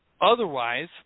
Otherwise